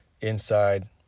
inside